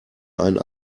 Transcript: einen